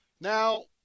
Now